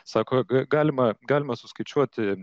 sako ga galima galima suskaičiuoti